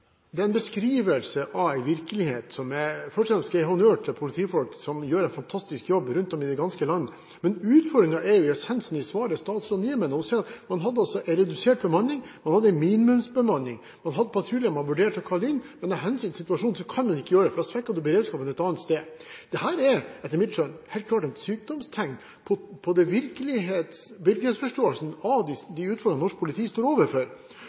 Først og fremst skal jeg gi honnør til politifolk som gjør en fantastisk jobb rundt om i det ganske land, men utfordringen er jo essensen i svaret statsråden gir meg nå. Hun sier at man hadde redusert bemanning, man hadde minimumsbemanning, man hadde patruljer man vurderte å kalle inn, men av hensyn til situasjonen kan man ikke gjøre det, for da svekker man beredskapen et annet sted. Dette er etter mitt skjønn helt klart et sykdomstegn på virkelighetsforståelsen av de utfordringene norsk politi står overfor.